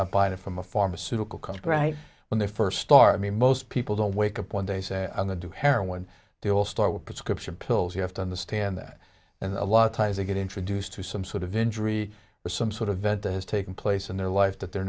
not buying it from a pharmaceutical company when they first start me most people don't wake up one day say on the do heroin they will start with prescription pills you have to understand that and a lot of times they get introduced to some sort of injury or some sort of event that has taken place in their life that they're